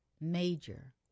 major